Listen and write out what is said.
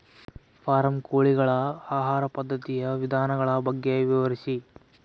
Form ಕೋಳಿಗಳ ಆಹಾರ ಪದ್ಧತಿಯ ವಿಧಾನಗಳ ಬಗ್ಗೆ ವಿವರಿಸಿ?